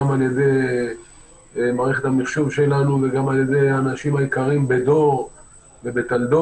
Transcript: על-ידי מערכת המחשוב שלנו וגם על-ידי האנשים היקרים בדור ובטלדור,